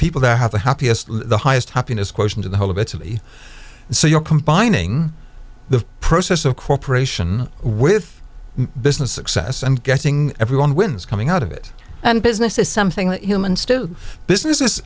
people that have the happiest the highest happiness quotient in the whole of italy so you're combining the process of cooperation with business success and getting everyone wins coming out of it and business is something humans do business is